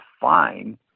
fine